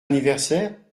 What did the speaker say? anniversaire